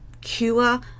cure